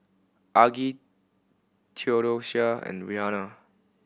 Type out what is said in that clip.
Argie Theodocia and Rihanna